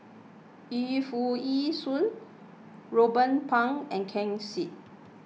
Yu Foo Yee Shoon Ruben Pang and Ken Seet